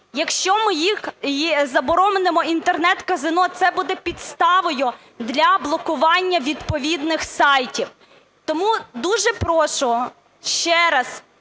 Якщо ми заборонимо Інтернет-казино, це буде підставою для блокування відповідних сайтів. Тому дуже прошу ще раз